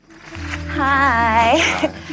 Hi